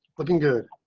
looking good.